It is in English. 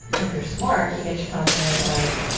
if you're smart, you get your pumpkins at, like,